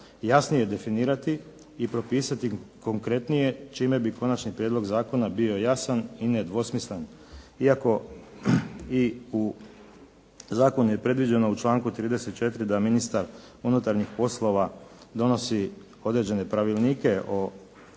jasnije definirati i propisati konkretnije čime bi konačni prijedlog zakona bio jasan i nedvosmislen iako i u zakonu je predviđeno u članku 34. da ministar unutarnjih poslova donosi određene pravilnike o